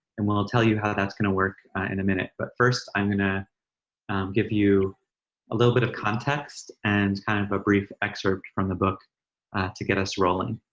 and we'll we'll tell you how that's gonna work in a minute. but first i'm gonna give you a little bit of context and kind of a brief excerpt from the book to get us rolling.